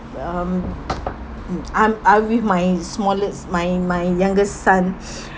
um mm I'm I with my smallest my my youngest son